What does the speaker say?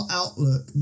outlook